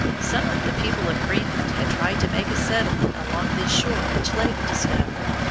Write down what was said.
some of the people of greenland had tried to make a settlement along this shore which leif discovered,